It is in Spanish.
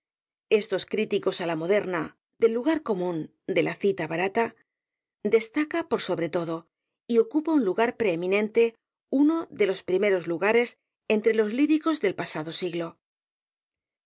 estos críticos á la moderna del lugar común de la cita barata destaca por sobre todo y ocupa un lugar preeminente uno de los primeros lugares entre los líricos del pasado siglo sus